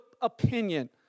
opinion